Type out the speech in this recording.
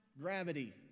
gravity